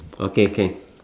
okay can